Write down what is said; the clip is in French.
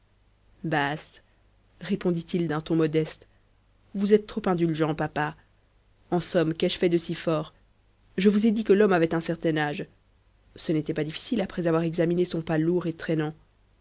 bast répondit-il d'un ton modeste vous êtes trop indulgent papa en somme qu'ai-je fait de si fort je vous ai dit que l'homme avait un certain âge ce n'était pas difficile après avoir examiné son pas lourd et traînant